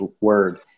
word